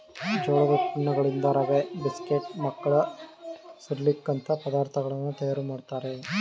ಜೋಳದ ಉತ್ಪನ್ನಗಳಿಂದ ರವೆ, ಬಿಸ್ಕೆಟ್, ಮಕ್ಕಳ ಸಿರ್ಲಕ್ ಅಂತ ಪದಾರ್ಥಗಳನ್ನು ತಯಾರು ಮಾಡ್ತರೆ